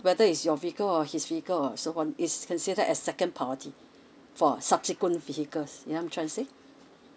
whether is your vehicle or his vehicle or so on it's considered as second priority for subsequent vehicles ya you trying to say